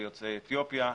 ביוצאי אתיופיה,